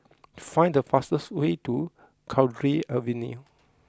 find the fastest way to Cowdray Avenue